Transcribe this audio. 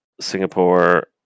Singapore